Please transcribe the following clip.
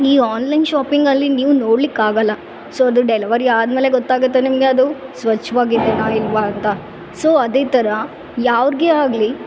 ಈ ಆನ್ಲೈನ್ ಶಾಪಿಂಗಲ್ಲಿ ನೀವು ನೋಡ್ಲಿಕ್ಕೆ ಆಗಲ್ಲ ಸೊ ಅದು ಡೆಲವರಿ ಆದ್ಮೇಲೆ ಗೊತ್ತಾಗತ್ತೆ ನಿಮಗೆ ಅದು ಸ್ವಚ್ಛ್ವಾಗಿದೇನಾ ಇಲ್ಲವಾ ಅಂತ ಸೊ ಅದೇ ಥರ ಯಾವ್ರ್ಗೆ ಆಗಲಿ